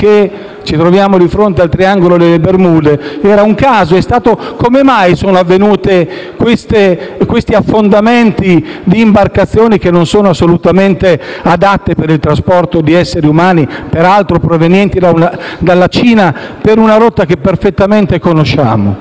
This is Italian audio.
ci troviamo di fronte al triangolo delle Bermude. Era un caso? Come mai sono avvenuti questi affondamenti di imbarcazioni, che non sono assolutamente adatte per il trasporto di esseri umani (peraltro, provenienti dalla Cina per una rotta che perfettamente conosciamo)?